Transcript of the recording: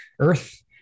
earth